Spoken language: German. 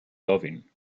loving